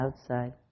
outside